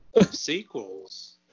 sequels